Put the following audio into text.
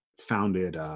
founded